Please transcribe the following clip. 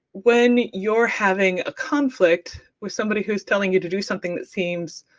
when you're having a conflict with somebody who is telling you to do something that seems